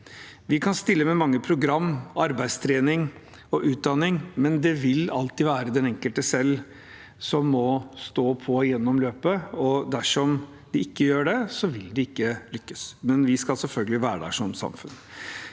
Vi kan stille med mange program, arbeidstrening og utdanning, men det vil alltid være den enkelte selv som må stå på gjennom løpet. Dersom de ikke gjør det, vil de ikke lykkes. Men vi skal selvfølgelig være der som samfunn.